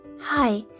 Hi